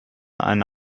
eine